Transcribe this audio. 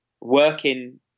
working